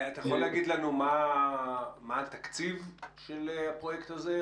אתה יכול להגיד לנו מה התקציב של פרויקט הזה,